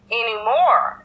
anymore